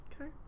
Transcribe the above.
Okay